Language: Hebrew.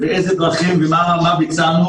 באיזה דרכים ומה ביצענו.